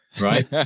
Right